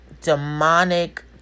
demonic